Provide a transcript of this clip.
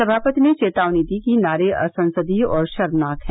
सभापति ने चेतावनी दी कि नारे असंसदीय और शर्मनाक हैं